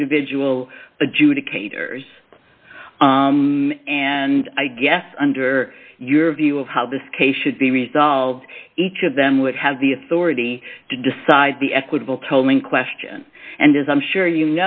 individual adjudicators and i guess under your view of how this case should be resolved each of them would have the authority to decide the equitable tolling question and as i'm sure you